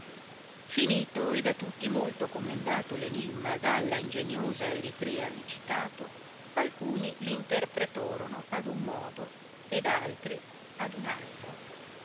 finito e da tutti molto commendato l enimma dalla ingeniosa eritrea recitato alcuni l'interpretorono ad un modo ed altri ad un altro